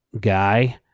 guy